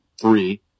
three